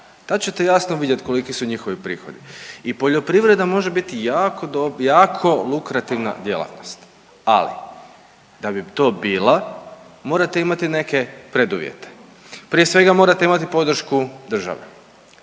tad ćete jasno vidjeti koliki su njihovi prihodi i poljoprivreda može biti jako lukrativna djelatnost. Ali, da bi to bila, morate imati neke preduvjete. Prije svega, morate imati podršku države.